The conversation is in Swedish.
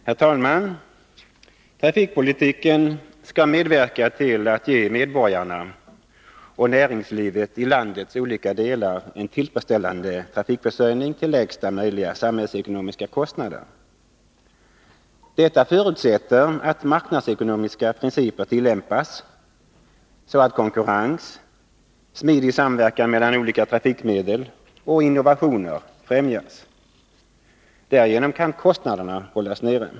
Herr talman! Trafikpolitiken skall medverka till att ge medborgarna och näringslivet i landets olika delar en tillfredsställande trafikförsörjning till lägsta möjliga samhällsekonomiska kostnad. Detta förutsätter att marknadsekonomiska principer tillämpas så att konkurrens, smidig samverkan mellan olika trafikmedel och innovationer främjas. Därigenom kan kostnaderna hållas nere.